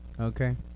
Okay